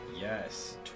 Yes